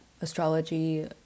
astrology